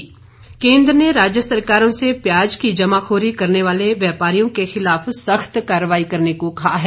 केन्द्र प्याज केन्द्र ने राज्य सरकारों से प्याज की जमाखोरी करने वाले व्यापारियों के खिलाफ सख्त कार्रवाई करने को कहा है